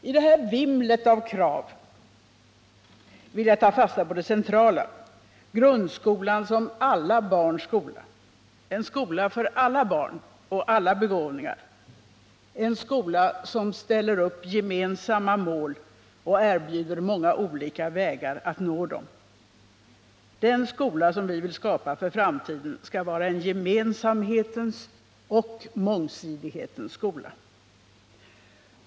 I det här vimlet av krav vill jag ta fasta på det centrala: grundskolan som alla barns skola, en skola för alla barn och alla begåvningar, en skola som ställer upp gemensamma mål och erbjuder många olika vägar att nå dem. Den skola som vi vill skapa för framtiden skall vara en gemensamhetens och mångsidighetens skola.